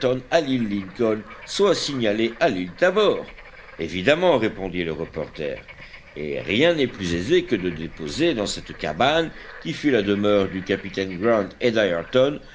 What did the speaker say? soient signalées à l'île tabor évidemment répondit le reporter et rien n'est plus aisé que de déposer dans cette cabane qui fut la demeure du capitaine grant